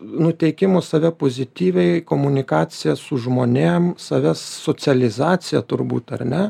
nuteikimo save pozityviai komunikacija su žmonėm savęs socializacija turbūt ar ne